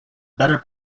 better